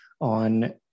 on